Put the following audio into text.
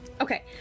Okay